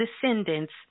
descendants